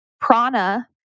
Prana